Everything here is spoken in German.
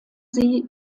sie